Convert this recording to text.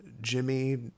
Jimmy